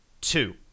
two